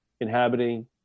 inhabiting